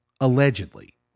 allegedly